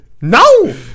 No